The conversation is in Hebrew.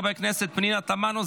חברי הכנסת פנינה תמנו,